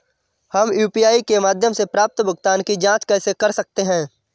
हम यू.पी.आई के माध्यम से प्राप्त भुगतान की जॉंच कैसे कर सकते हैं?